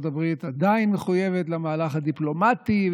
הברית עדיין מחויבת למהלך הדיפלומטי,